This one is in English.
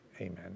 amen